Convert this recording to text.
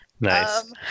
Nice